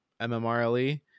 MMRLE